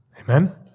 Amen